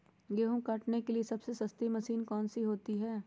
गेंहू काटने के लिए सबसे सस्ती मशीन कौन सी होती है?